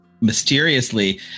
mysteriously